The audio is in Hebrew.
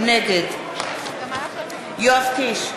נגד יואב קיש,